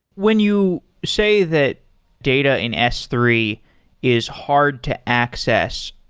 when you say that data in s three is hard to access,